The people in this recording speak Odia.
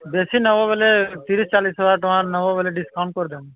ବେଶୀ ନବ ବୋଇଲେ ତିରିଶ ଚାଳିଶ ହଜାର ଟଙ୍କାର ନବ ବୋଲେ ଡିସକାଉଣ୍ଟ କରିଦେମୁ